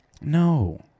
No